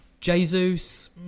jesus